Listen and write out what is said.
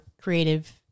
creative